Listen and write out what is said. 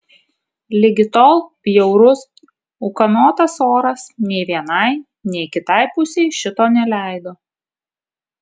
ligi tol bjaurus ūkanotas oras nei vienai nei kitai pusei šito neleido